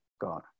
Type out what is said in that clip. God